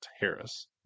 harris